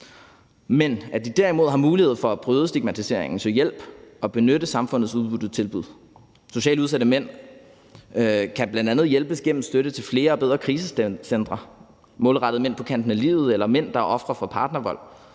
men derimod har mulighed for at bryde stigmatiseringen og søge hjælp og benytte samfundets udbud og tilbud. Socialt udsatte mænd kan bl.a. hjælpes gennem støtte til flere og bedre krisecentre målrettet mænd på kanten af livet eller mænd, der er ofre for partnervold.